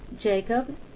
Jacob